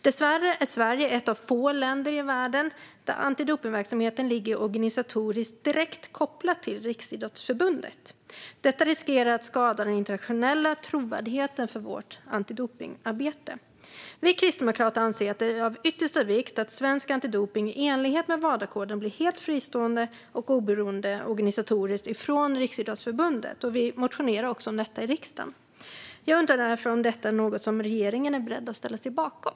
Dessvärre är Sverige ett av få länder i världen där antidopningsverksamheten organisatoriskt är direkt kopplat till Riksidrottsförbundet. Detta riskerar att skada det internationella förtroendet för vårt antidopningsarbete. Vi kristdemokrater anser att det är av yttersta vikt att svensk antidopning i enlighet med Wadakoden blir organisatoriskt helt fristående och oberoende från Riksidrottsförbundet. Vi motionerar också om detta i riksdagen. Jag undrar om detta är något som regeringen är beredd att ställa sig bakom.